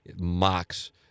mocks